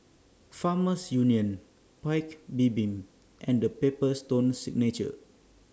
Farmers Union Paik's Bibim and The Paper Stone Signature